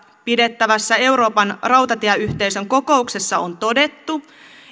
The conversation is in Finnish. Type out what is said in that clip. pidettävässä euroopan rautatieyhteisön kokouksessa on todettu